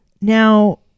Now